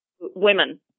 women